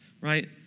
right